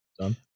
Done